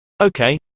Okay